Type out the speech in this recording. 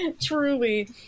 truly